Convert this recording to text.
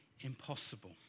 impossible